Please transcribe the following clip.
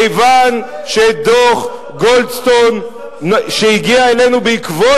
כיוון שדוח-גולדסטון שהגיע אלינו בעקבות